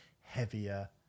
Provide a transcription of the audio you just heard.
heavier